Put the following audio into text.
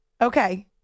Okay